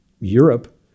Europe